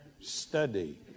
study